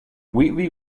wheatley